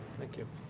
thank you.